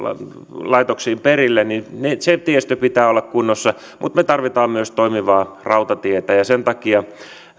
perille sen tiestön pitää olla kunnossa mutta me tarvitsemme myös toimivaa rautatietä sen takia